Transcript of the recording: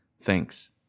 thanks